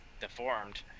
deformed